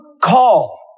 call